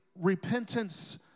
repentance